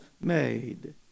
made